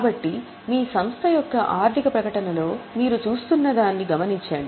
కాబట్టి మీ సంస్థ యొక్క ఆర్థిక ప్రకటనలో మీరు చూస్తున్నదాన్ని గమనించండి